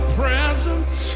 presence